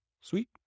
Sweet